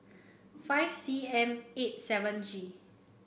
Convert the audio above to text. five C M eight seven G